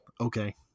okay